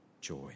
joy